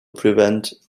prevent